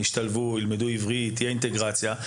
ישתלבו וילמדו עברית ותהיה אינטגרציה,